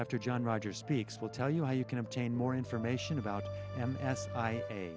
after john rogers speaks we'll tell you how you can obtain more information about them as i